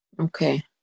Okay